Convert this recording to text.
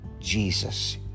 Jesus